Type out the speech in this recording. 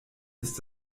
ist